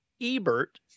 Ebert